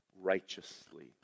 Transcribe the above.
righteously